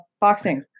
boxing